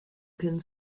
can